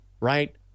right